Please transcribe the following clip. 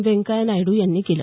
व्यंकय्या नायडू यांनी केलं